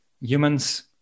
humans